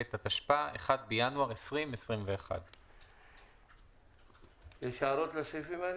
התשפ"א (1 בינואר 2021). יש הערות לסעיפים?